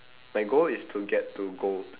my goal is to get to gold